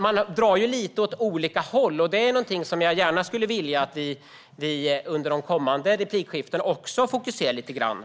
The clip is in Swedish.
Man drar alltså åt lite olika håll, och det är någonting som jag gärna skulle vilja att vi fokuserade lite grann på under de kommande replikskiftena.